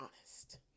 honest